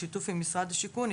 בשיתוף עם משרד השיכון,